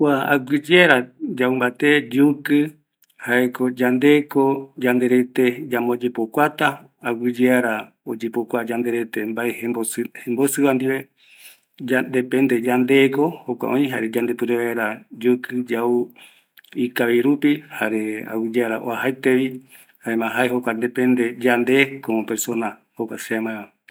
Kua aguiyeara yau mbate yukɨ, jaeko yande yanderete yambo yepokuata, aguiyeara oyepokua yanderete jembosɨva ndive, yandeko jokua yukɨ yau ikavi rupi, aguiyeara oasaetevi, jaema yande como persona yaikatuta